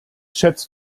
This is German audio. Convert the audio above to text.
schätzt